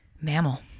mammal